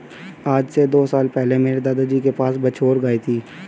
आज से दो साल पहले मेरे दादाजी के पास बछौर गाय थी